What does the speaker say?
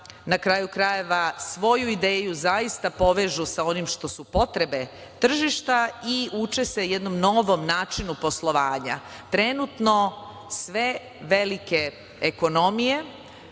na kraju krajeva, svoju ideju zaista povežu sa onim što su potrebe tržišta i uče se jednom novom načinu poslovanja. Trenutno sve velike ekonomije